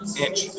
inch